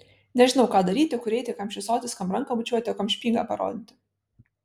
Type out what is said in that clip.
nežinau ką daryti kur eiti kam šypsotis kam ranką bučiuoti o kam špygą parodyti